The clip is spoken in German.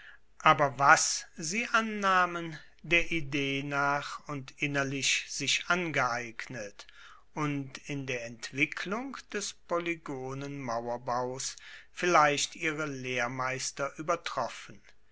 aber was sie